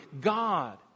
God